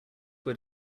were